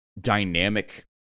dynamic